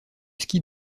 ski